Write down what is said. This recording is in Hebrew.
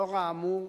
לאור האמור,